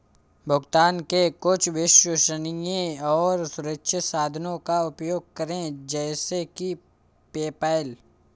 भुगतान के कुछ विश्वसनीय और सुरक्षित साधनों का उपयोग करें जैसे कि पेपैल